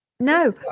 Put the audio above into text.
No